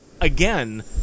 again